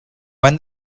when